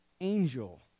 angel